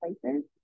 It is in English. places